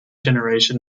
generation